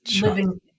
living